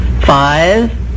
Five